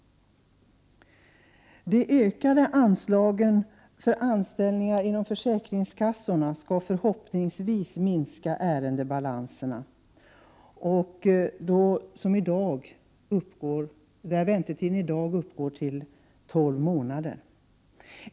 De ökade anslagen för anställningar inom försäkringskassorna skall förhoppningsvis minska ärendebalanserna. Väntetiden uppgår i dag till tolv månader.